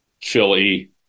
Philly